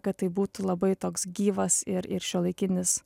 kad tai būtų labai toks gyvas ir ir šiuolaikinis